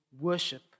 worship